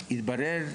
התברר,